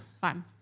Fine